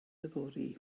yfory